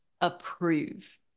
approve